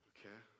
Okay